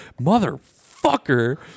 motherfucker